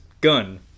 gun